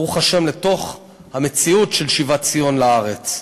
ברוך השם, לתוך המציאות של שיבת ציון לארץ.